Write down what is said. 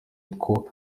two